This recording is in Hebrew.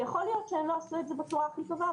יכול להיות שהם לא עשו את זה בצורה הכי טובה,